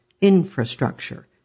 infrastructure